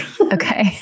Okay